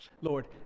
Lord